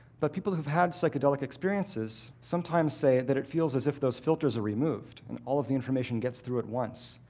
but people who've had psychedelic experiences sometimes say that it feels as if those filters are removed, and all of the information gets through at once.